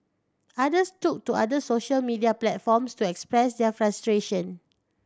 others took to other social media platforms to express their frustration